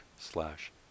slash